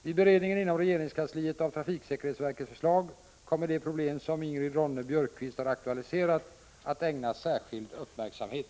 Vid beredningen inom regeringskansliet av trafiksäkerhetsverkets förslag kommer det problem som Ingrid Ronne-Björkqvist har aktualiserat att ägnas särskild uppmärksamhet.